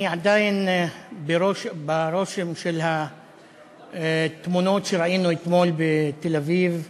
אני עדיין ברושם של התמונות שראינו אתמול בתל-אביב,